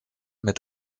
mit